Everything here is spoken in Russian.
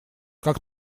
как